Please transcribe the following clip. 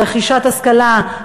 ברכישת השכלה,